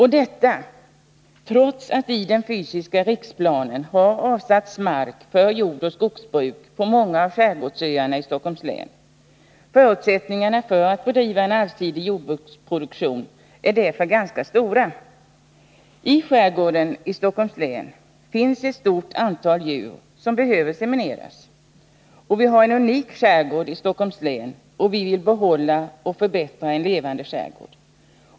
Detta sker trots att det i den fysiska riksplanen har avsatts mark för jordoch skogsbruk på många av skärgårdsöarna i Stockholms län. Förutsättningarna för att bedriva en allsidig jordbruksproduktion är därför ganska stora. I skärgården i Stockholms län finns ett stort antal djur som behöver semineras. Vi har en unik skärgård i Stockholms län, och vi vill behålla och förbättra en levande skärgård.